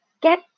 get